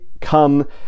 come